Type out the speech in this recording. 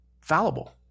fallible